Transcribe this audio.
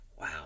wow